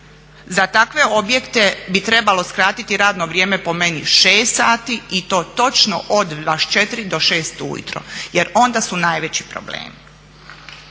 Za takve objekte bi trebalo skratiti radno vrijeme po meni 6 sati i to točno od 24 do 6 ujutro jer onda su najveći problemi.